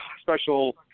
special